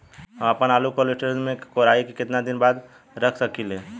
हम आपनआलू के कोल्ड स्टोरेज में कोराई के केतना दिन बाद रख साकिले?